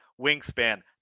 Wingspan